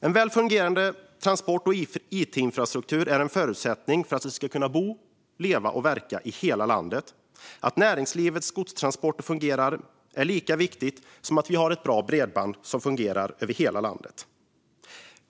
En väl fungerande transport och it-infrastruktur är en förutsättning för att det ska gå att bo, leva och verka i hela landet. Att näringslivets godstransporter fungerar är lika viktigt som att vi har ett bra bredband som fungerar över hela landet.